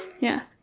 Yes